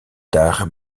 dag